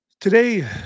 Today